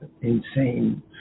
insane